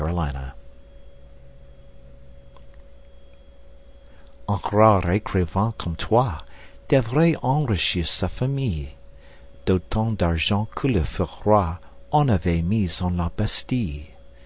écrivain comme toi devrait enrichir sa famille d'autant d'argent que le feu roi en avait mis en la bastille